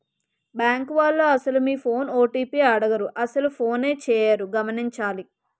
bank వాళ్లు అసలు మీ ఫోన్ ఓ.టి.పి అడగరు అసలు ఫోనే చేయరు గమనించాలి